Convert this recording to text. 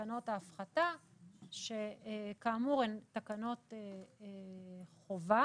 תקנות ההפחתה שכאמור הן תקנות חובה.